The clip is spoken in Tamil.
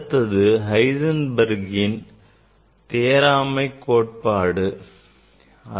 அடுத்தது Heisenbergஇன் தேறாமை கோட்பாடாகும்